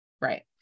right